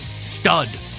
stud